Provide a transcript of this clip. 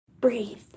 Breathe